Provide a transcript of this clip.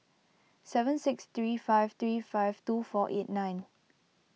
seven six three five three five two four eight nine